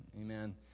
Amen